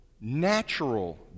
natural